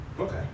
Okay